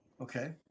Okay